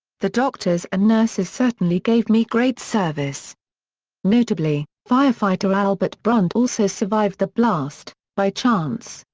the doctors and nurses certainly gave me great service notably, firefighter albert brunt also survived the blast, by chance,